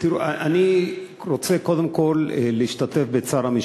אני רוצה קודם כול להשתתף בצער המשפחות,